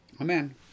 Amen